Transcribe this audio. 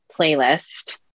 playlist